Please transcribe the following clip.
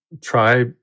try